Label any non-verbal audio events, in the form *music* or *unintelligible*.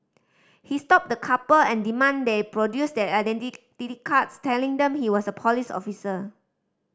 he stopped the couple and demanded they produce their *unintelligible* cards telling them he was a police officer